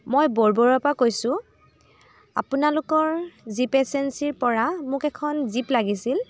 মই বৰবৰুৱা পৰা কৈছোঁ আপোনালোকৰ জীপ এজেঞ্চিৰ পৰা মোক এখন জীপ লাগিছিল